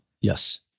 Yes